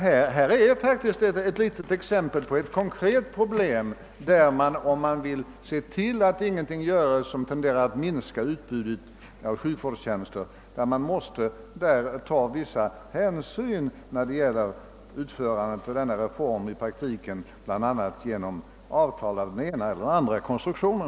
Här är faktiskt ett exempel på ett konkret problem, som visar, att om man vill se till att ingenting görs som tenderar att minska utbudet av sjukvårdstjänster, måste man ta vissa hänsyn vid genomförandet av reformen i praktiken, bl.a. genom avtal av den ena eller andra konstruktionen.